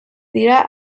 dira